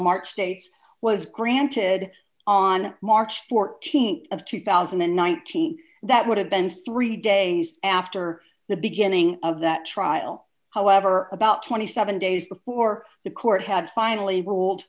marked states was granted on march th of two thousand and nineteen that would have been three days after the beginning of that trial however about twenty seven days before the court had finally ruled